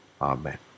Amen